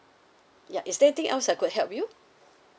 ya is there anything else I could help you